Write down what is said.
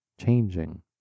changing